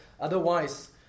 otherwise